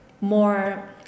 more